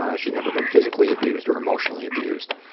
ah she'd never been physically abused or emotionally abused.